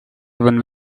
even